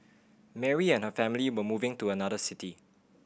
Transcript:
Mary and her family were moving to another city